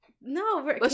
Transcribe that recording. no